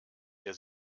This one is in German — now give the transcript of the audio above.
der